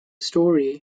story